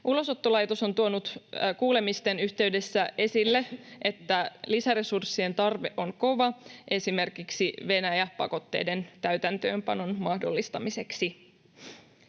Ulosottolaitos on tuonut kuulemisten yhteydessä esille, että lisäresurssien tarve on kova esimerkiksi Venäjä-pakotteiden täytäntöönpanon mahdollistamiseksi.